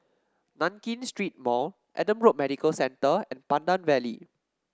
Nankin Street Mall Adam Road Medical Center and Pandan Valley